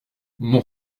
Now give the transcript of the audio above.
mon